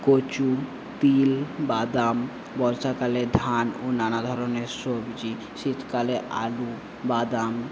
কচু তিল বাদাম বর্ষাকালে ধান ও নানা ধরনের সবজি শীতকালে আলু বাদাম